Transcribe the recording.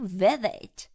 visit